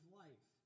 life